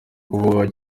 kuvugwaho